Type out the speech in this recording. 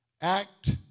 act